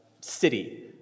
city